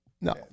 No